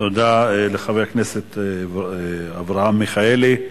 תודה לחבר הכנסת אברהם מיכאלי.